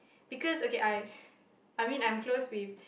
because okay I I mean I'm close with